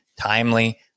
timely